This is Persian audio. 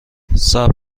صبر